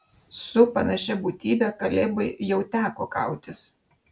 su panašia būtybe kalebui jau teko kautis